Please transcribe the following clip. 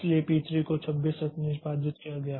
इसलिए पी 3 को 26 तक निष्पादित किया गया